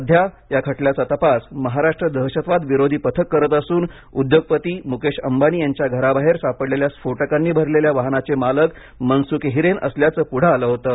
सध्या या खटल्याचा तपास महाराष्ट्र दहशतवाद विरोधी पथक करत असून उद्योगपती मुकेश अंबानी यांच्या घराबाहेर सापडलेल्या स्फोटकांनी भरलेल्या वाहनाचे मालक मनसुख हिरेन असल्याचे पुढे आलं होतं